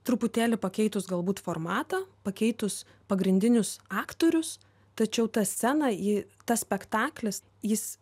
truputėlį pakeitus galbūt formatą pakeitus pagrindinius aktorius tačiau ta scena ji tas spektaklis jis